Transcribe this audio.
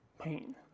pain